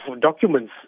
documents